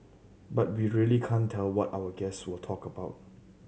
but we really can't tell what our guests will talk about